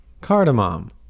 Cardamom